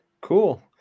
Cool